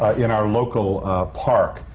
in our local park,